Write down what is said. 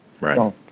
Right